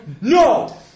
No